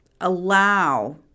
allow